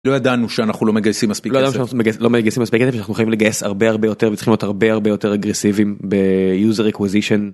לא ידענו שאנחנו לא מגייסים מספיק את זה אנחנו חייבים לגייס הרבה הרבה יותר וצריכים להיות הרבה הרבה יותר אגרסיביים ב-user acquisition.